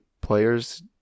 Players